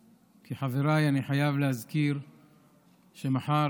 חבריי, אני חייב להזכיר שמחר